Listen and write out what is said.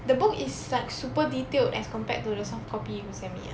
the book is like super detailed as compared to the soft copy you send me ah